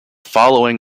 following